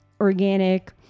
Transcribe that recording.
organic